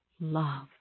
love